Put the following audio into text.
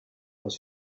was